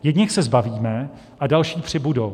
Jedněch se zbavíme a další přibudou.